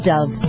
Dove